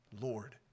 Lord